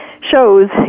shows